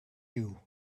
you